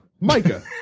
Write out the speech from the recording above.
Micah